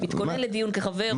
אז תתכונן לדיון שמחבר בין שם ושם.